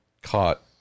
caught